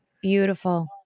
Beautiful